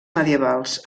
medievals